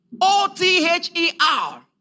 O-T-H-E-R